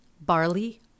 barley